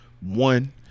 one